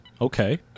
Okay